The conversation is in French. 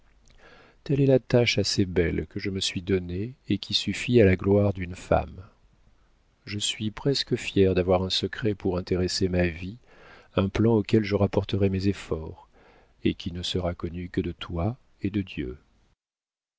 telle est la tâche assez belle que je me suis donnée et qui suffit à la gloire d'une femme je suis presque fière d'avoir un secret pour intéresser ma vie un plan auquel je rapporterai mes efforts et qui ne sera connu que de toi et de dieu